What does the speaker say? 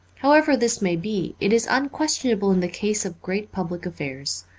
however this may be, it is unquestionable in the case of great public affairs.